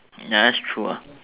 ya that's true ah